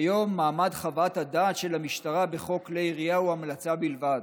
כיום מעמד חוות הדעת של המשטרה בחוק כלי ירייה הוא המלצה בלבד,